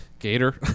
Gator